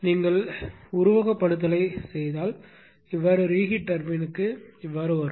நீங்கள் உருவகப்படுத்துதலைச் செய்தால் இவ்வாறு ரீகீட் டர்பின் க்கு வரும்